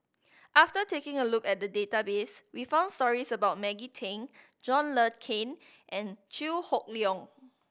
after taking a look at the database we found stories about Maggie Teng John Le Cain and Chew Hock Leong